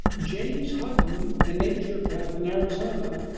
james hutton, a nature path in arizona,